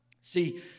See